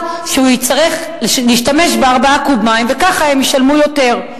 שהוא יצטרך להשתמש ב-4 קוב וככה ישלמו יותר.